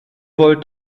wollt